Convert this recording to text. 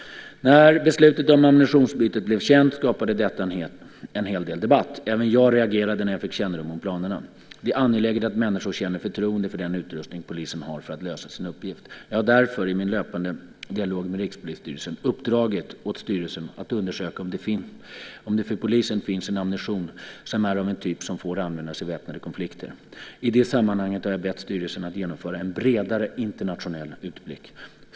När beslutet om ammunitionsbytet blev känt skapade detta en hel del debatt. Även jag reagerade när jag fick kännedom om planerna. Det är angeläget att människor känner förtroende för den utrustning polisen har för att lösa sin uppgift. Jag har därför, i min löpande dialog med Rikspolisstyrelsen, uppdragit åt styrelsen att undersöka om det för polisen finns en ammunition som är av en typ som får användas i väpnade konflikter. I det sammanhanget har jag bett styrelsen att genomföra en bredare internationell utblick.